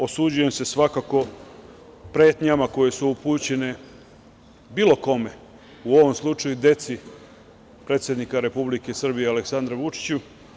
Osuđujem svakako pretnje koje su upućene bilo kome, u ovom slučaju deci predsednika Republike SrbijeAleksandra Vučića.